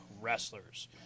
wrestlers